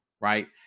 right